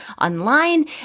online